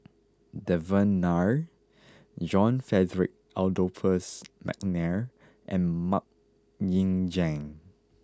Devan Nair John Frederick Adolphus McNair and Mok Ying Jang